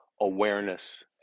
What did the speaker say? awareness